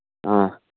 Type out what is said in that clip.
ꯑꯥ